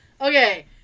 Okay